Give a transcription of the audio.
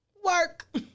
Work